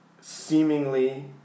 seemingly